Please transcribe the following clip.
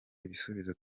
ibisubizo